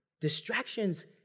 distractions